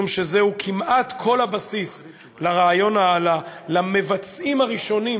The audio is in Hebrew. משום שזה כמעט כל הבסיס למבצעים הראשונים